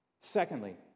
Secondly